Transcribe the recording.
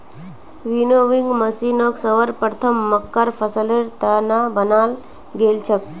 winnowing मशीनक सर्वप्रथम मक्कार फसलेर त न बनाल गेल छेक